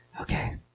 Okay